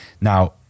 Now